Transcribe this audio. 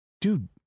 Dude